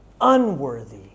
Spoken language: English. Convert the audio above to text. unworthy